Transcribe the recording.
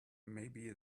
maybe